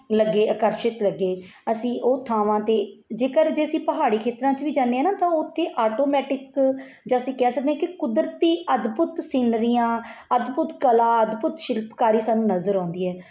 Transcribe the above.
ਲੱਗੇ ਅਕਰਸ਼ਿਤ ਲੱਗੇ ਅਸੀਂ ਉਹ ਥਾਵਾਂ 'ਤੇ ਜੇਕਰ ਜੇ ਅਸੀਂ ਪਹਾੜੀ ਖੇਤਰਾਂ 'ਚ ਵੀ ਜਾਂਦੇ ਹਾਂ ਨਾ ਤਾਂ ਉੱਥੇ ਆਟੋਮੈਟਿਕ ਜਾਂ ਅਸੀਂ ਕਹਿ ਸਕਦੇ ਹਾਂ ਕਿ ਕੁਦਰਤੀ ਅਦਭੁਤ ਸੀਨਰੀਆਂ ਅਦਭੁਤ ਕਲਾ ਅਦਭੁਤ ਸ਼ਿਲਪਕਾਰੀ ਸਾਨੂੰ ਨਜ਼ਰ ਆਉਂਦੀ ਹੈ